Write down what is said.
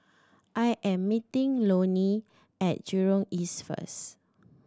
I am meeting Lonnie at Jurong East first